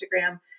Instagram